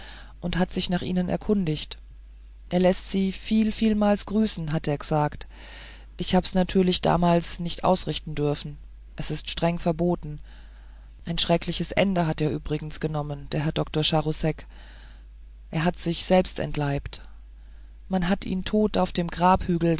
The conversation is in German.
und hat sich nach ihnen erkundigt er läßt sie vielvielmals grüßen hat er g'sagt ich hab's natürlich damals nicht ausrichten dürfen es ist streng verboten ein schreckliches ende hat er übrigens genommen der herr dr charousek er hat sich selbst entleibt man hat ihn tot auf dem grabhügel